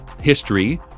history